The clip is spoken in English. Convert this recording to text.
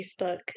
Facebook